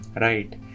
Right